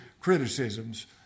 criticisms